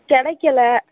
கெடைக்கலை